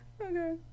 Okay